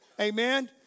Amen